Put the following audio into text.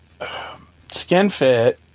SkinFit